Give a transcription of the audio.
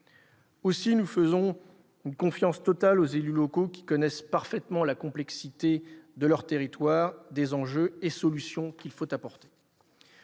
ailleurs, nous faisons une confiance totale aux élus locaux, qui connaissent parfaitement la complexité de leur territoire, des enjeux et des solutions qu'il faut apporter.